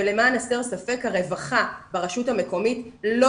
ולמען הסר ספק הרווחה ברשות המקומית לא